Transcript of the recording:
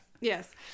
yes